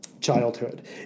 childhood